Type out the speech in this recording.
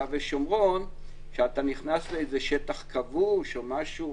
ושומרון שאתה נכנס לאיזה שטח כבוש או משהו.